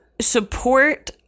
support